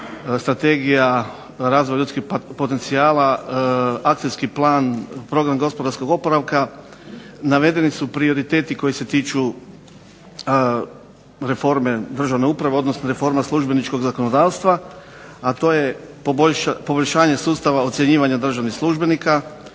Strategija razvoja ljudskih potencijala, akcijski plan, Program gospodarskog oporavka navedeni su prioriteti koji se tiču reforme državne uprave, odnosno reforma službeničkog zakonodavstva, a to je poboljšanje sustava ocjenjivanje državnih službenika